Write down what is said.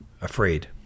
afraid